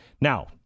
Now